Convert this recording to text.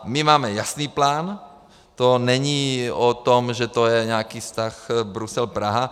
My máme jasný plán, to není o tom, že to je nějaký vztah Brusel Praha.